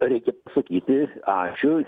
reikia sakyti ačiū